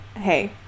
Hey